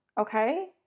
okay